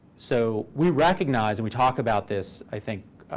so we recognize and we talk about this, i think,